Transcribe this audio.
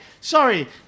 Sorry